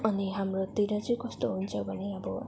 अनि हाम्रोतिर चाहिँ कस्तो हुने गर्छ भने अब